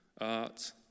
art